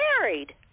married